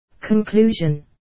Conclusion